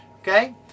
okay